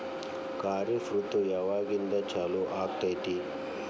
ಖಾರಿಫ್ ಋತು ಯಾವಾಗಿಂದ ಚಾಲು ಆಗ್ತೈತಿ?